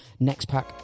NextPack